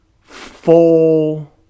full